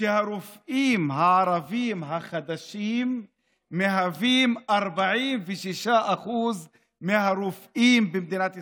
שהרופאים הערבים החדשים מהווים 46% מהרופאים במדינת ישראל.